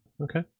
Okay